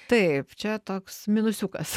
taip čia toks minusiukas